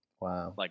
Wow